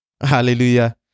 Hallelujah